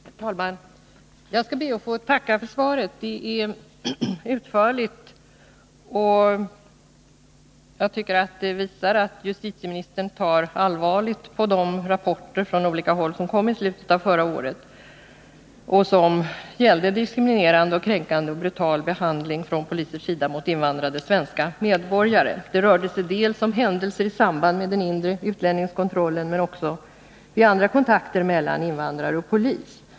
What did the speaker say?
Herr talman! Jag ber att få tacka för svaret. Det är utförligt, och jag tycker att det visar att justitieministern tar allvarligt på de rapporter från olika håll som kom i slutet av förra året och som gällde diskriminerande, kränkande och brutal behandling från polisers sida mot invandrade svenska medborgare. Det rörde sig om händelser i samband med den inre utlänningskontrollen men också vid andra kontakter mellan invandrare och polis.